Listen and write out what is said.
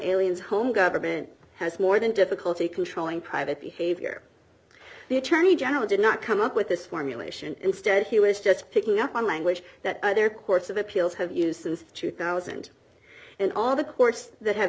aliens home government has more than difficulty controlling private behavior the attorney general did not come up with this formulation instead he was just picking up on language that there courts of appeals have used since two thousand and all the courts that have